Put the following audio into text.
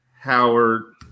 Howard